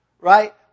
Right